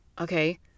Okay